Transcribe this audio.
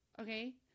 Okay